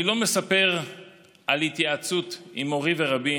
אני לא מספר על התייעצות עם מורי ורבי